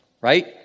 right